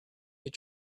your